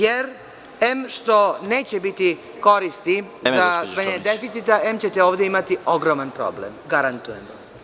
Jer, em što neće biti koristi za smanjenje deficita, em ćete ovde imati ogroman problem, garantujem.